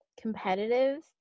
competitive